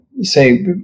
say